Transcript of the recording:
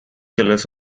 colours